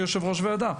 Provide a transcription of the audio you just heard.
כיושב-ראש ועדה.